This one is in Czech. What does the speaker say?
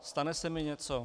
Stane se mi něco?